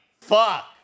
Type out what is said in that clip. Fuck